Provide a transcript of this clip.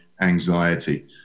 anxiety